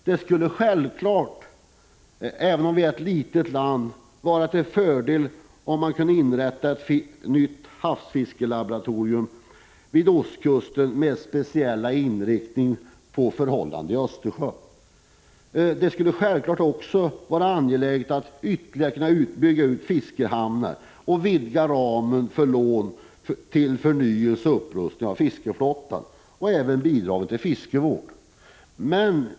Även om vi är ett litet land, skulle det självfallet vara till fördel om vi kunde inrätta ett nytt havsfiskelaboratorium vid ostkusten med speciell inriktning på förhållandenai Östersjön. Det skulle naturligtvis också vara värdefullt, om vi ytterligare kunde bygga ut fiskehamnar och vidga ramen för dels lån till förnyelse och upprustning av fiskeflottan, dels bidrag till fiskevård.